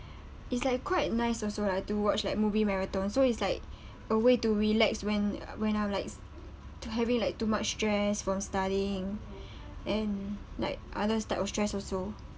it's like quite nice also lah to watch like movie marathon so it's like a way to relax when when I'm like to having like too much stress from studying and like others types of stress also